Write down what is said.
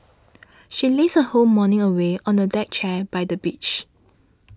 she lazed her whole morning away on a deck chair by the beach